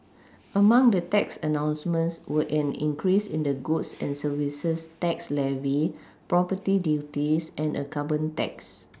among the tax announcements were an increase in the goods and services tax levy property duties and a carbon tax